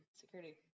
security